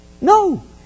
No